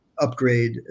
upgrade